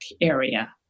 area